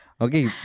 Okay